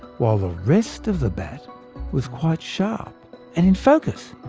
while the rest of the bat was quite sharp and in focus.